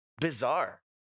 bizarre